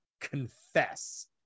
confess